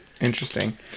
interesting